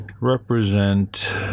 represent